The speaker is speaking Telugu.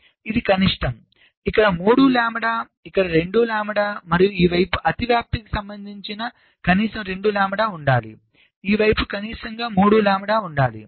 కాబట్టి ఇది కనిష్టంఇక్కడ 3 లాంబ్డా ఇక్కడ 2 లాంబ్డా మరియు ఈ వైపు అతివ్యాప్తికి సంబంధించి కనీసం 2 లాంబ్డా ఉండాలి ఈ వైపు కనిష్టంగా 3 లాంబ్డా ఉండాలి